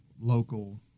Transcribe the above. local